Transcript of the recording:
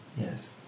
Yes